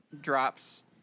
drops